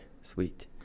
sweet